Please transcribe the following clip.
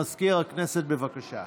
מזכיר הכנסת, בבקשה.